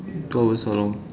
two hours how long